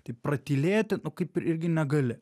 taip pratylėti nu kaip irgi negali